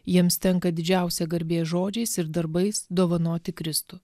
jiems tenka didžiausia garbė žodžiais ir darbais dovanoti kristų